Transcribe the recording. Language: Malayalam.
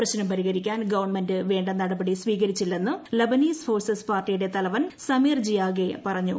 പ്രശ്നം പരിഹരിക്കാൻ ഗവൺമെന്റ് വേണ്ട നടപടി സ്വീകരിച്ചില്ലെന്ന് ലബനീസ് ഫോഴ്സസ് പാർട്ടിയുടെ തലവൻ സമീർ ജിയഗേ പറഞ്ഞു